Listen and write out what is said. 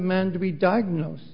men to be diagnose